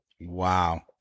Wow